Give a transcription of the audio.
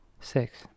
Six